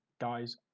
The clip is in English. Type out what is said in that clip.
guys